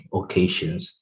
occasions